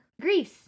greece